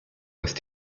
with